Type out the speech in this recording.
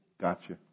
Gotcha